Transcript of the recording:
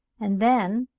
and then,